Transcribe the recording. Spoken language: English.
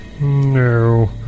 No